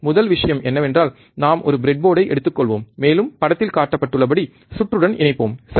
முதல் விஷயம் என்னவென்றால் நாம் ஒரு பிரெட் போர்டை எடுத்துக்கொள்வோம் மேலும் படத்தில் காட்டப்பட்டுள்ளபடி சுற்றுடன் இணைப்போம் சரி